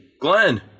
Glenn